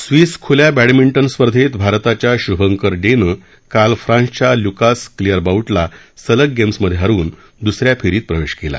Swiss खुल्या badminton स्पर्धेत भारताच्या शुभंकर डेनं काल फ्रान्सच्या लुकास क्लीयरबाउटला सलग गेम्समधे हरवून दुसऱ्या फेरीत प्रवेश केला